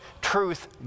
truth